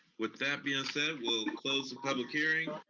with that being said, we'll close the public hearing.